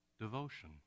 devotion